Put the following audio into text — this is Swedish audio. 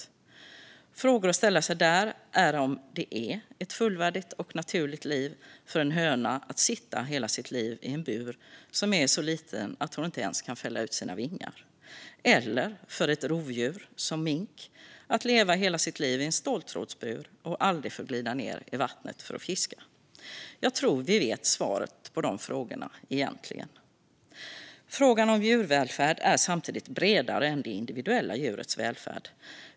En fråga att ställa sig där är om det är ett fullvärdigt och naturligt liv för en höna att sitta hela sitt liv i en bur som är så liten att hon inte ens kan fälla ut sina vingar. Eller är det ett fullvärdigt och naturligt liv för ett rovdjur som minken att leva hela sitt liv i en ståltrådsbur och aldrig få glida ned i vattnet för att fiska? Jag tror vi vet svaret på de frågorna egentligen. Frågan om djurvälfärd är samtidigt bredare än det individuella djurets välfärd.